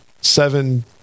seven